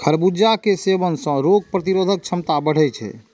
खरबूजा के सेवन सं रोग प्रतिरोधक क्षमता बढ़ै छै